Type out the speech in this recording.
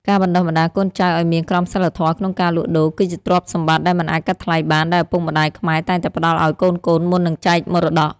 ការបណ្ដុះបណ្ដាលកូនចៅឱ្យមានក្រមសីលធម៌ក្នុងការលក់ដូរ គឺជាទ្រព្យសម្បត្តិដែលមិនអាចកាត់ថ្លៃបាន ដែលឪពុកម្ដាយខ្មែរតែងតែផ្ដល់ឱ្យកូនៗមុននឹងចែកមរតក។